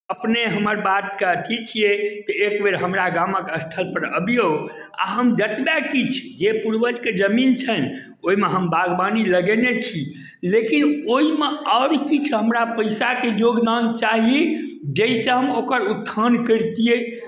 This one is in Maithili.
अपने हमर बातके अथि छियै तऽ एक बेर हमरा गामक स्थलपर अबियौ आ हम जतबहि किछु जे पूर्वजके जमीन छनि ओहिमे हम बागवानी लगेने छी लेकिन ओहिमे आओर किछु हमरा पैसाके योगदान चाही जाहिसँ हम ओकर उत्थान करितियै